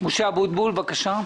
חבר הכנסת משה אבוטבול, בבקשה.